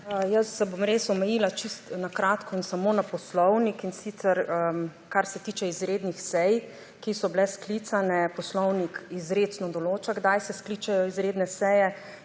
Jaz se bom res omejila čisto na kratko in samo na poslovnik, in sicer kar se tiče izrednih sej, ki so bile sklicale. Poslovnik izrecno določa, kdaj se skličejo izredne seje,